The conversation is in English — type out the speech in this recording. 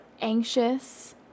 anxious